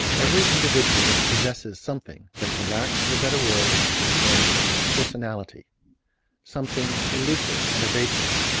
every individual possesses something that for lack of a better word is termed personality something elusive and evasive,